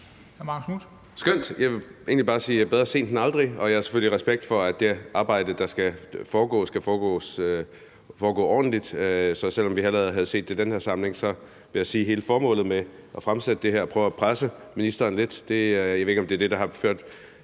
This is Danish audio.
Jeg vil egentlig bare sige: Bedre sent end aldrig. Og jeg har selvfølgelig respekt for, at det arbejde, der skal foregå, skal foregå ordentligt. Så selv om vi hellere havde set det i den her samling, vil jeg sige, at hele formålet med at fremsætte det her er at presse ministeren lidt. Jeg ved ikke, om det er det, der har medført,